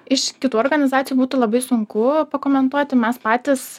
iš kitų organizacijų būtų labai sunku pakomentuoti mes patys